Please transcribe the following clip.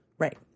Right